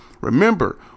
Remember